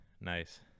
Nice